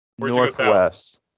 Northwest